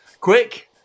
quick